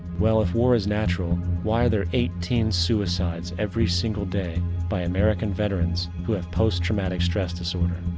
well if war is natural, why are there eighteen suicides every single day by american veterans who have post-traumatic stress disorder?